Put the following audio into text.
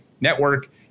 network